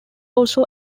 also